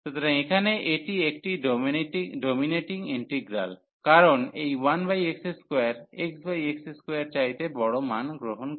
সুতরাং এখানে এটি একটি ডোমিনেটিং ইন্টিগ্রাল কারণ এই 1x2 x x2 এর চাইতে বড় মান গ্রহণ করে